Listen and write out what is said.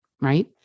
right